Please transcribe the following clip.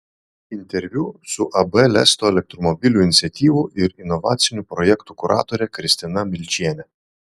interviu su ab lesto elektromobilių iniciatyvų ir inovacinių projektų kuratore kristina milčiene